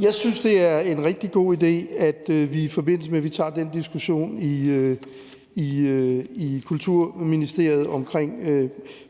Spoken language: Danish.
Jeg synes, det er en rigtig god idé, at vi, i forbindelse med at vi tager den diskussion i Kulturministeriet om,